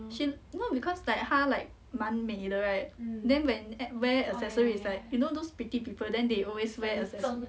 she no because like 她 like 蛮美的 right then when wear accessory is like you know those pretty people then they always wear accessory